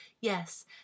Yes